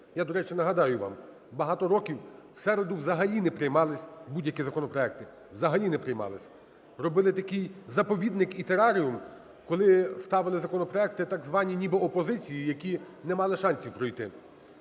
Я, до речі, нагадаю вам, багато років в середу взагалі не приймались будь-які законопроекти, взагалі не приймались. Робили такий заповідник і тераріум, коли ставили законопроекти так звані ніби опозиції, які не мали шансів пройти.